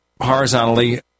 horizontally